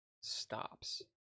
stops